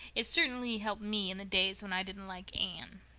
it certainly helped me in the days when i didn't like anne.